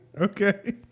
Okay